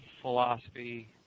philosophy